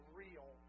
real